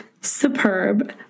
superb